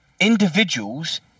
individuals